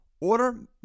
Order